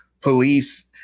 Police